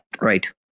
Right